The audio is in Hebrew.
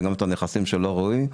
וגם את הנכסים שלא ראויים.